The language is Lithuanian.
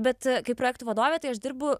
bet kaip projektų vadovė tai aš dirbu